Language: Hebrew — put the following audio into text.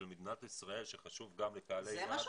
מדינת ישראל שחשוב גם לקהלי יעד בחו"ל,